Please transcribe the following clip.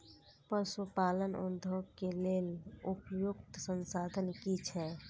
पशु पालन उद्योग के लेल उपयुक्त संसाधन की छै?